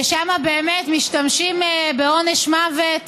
ששם באמת משתמשים בעונש מוות